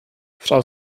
frau